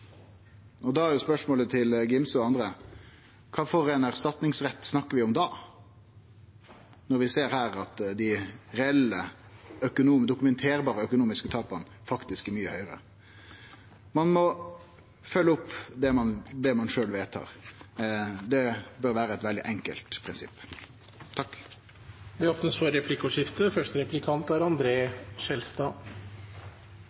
Da er spørsmålet til representanten Gimse og andre: Kva for ein erstatningsrett snakkar vi om da, når vi her ser at dei reelle dokumenterbare økonomiske tapa faktisk er mykje høgare? Ein må følgje opp det ein sjølv vedtar. Det bør vere eit veldig enkelt prinsipp. Det blir replikkordskifte.